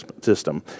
system